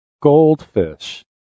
Goldfish